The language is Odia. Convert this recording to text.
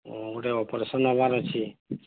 ଗୋଟେ ଅପରେସନ୍ ହେବାର ଅଛି